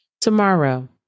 tomorrow